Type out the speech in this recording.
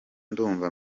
ndumva